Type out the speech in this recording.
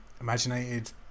imaginated